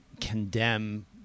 condemn